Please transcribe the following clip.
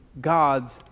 God's